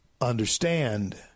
understand